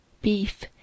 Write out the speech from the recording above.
beef